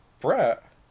Brett